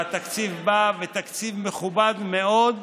והתקציב בא, ותקציב מכובד מאוד.